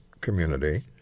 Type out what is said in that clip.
community